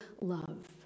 love